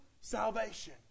salvation